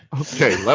okay